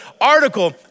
article